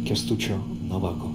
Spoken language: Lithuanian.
kęstučio navako